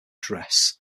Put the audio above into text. dress